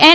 N